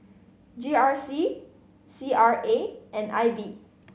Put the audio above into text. G R C C R A and I B